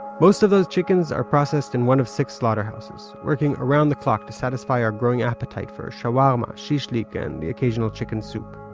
most of those chickens are processed in one of six slaughterhouses, working around the clock to satisfy our growing appetite for shawarma, shishlik, and the occasional chicken soup.